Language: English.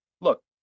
Look